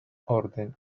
orden